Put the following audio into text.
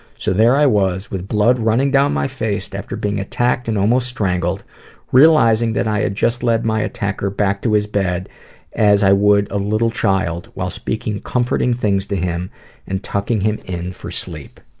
so, there i was with blood running down my face after being attacked and almost strangled realizing that i had just led my attacker back to his bed as i would a little child while speaking comforting things to him and tucking him in for sleep.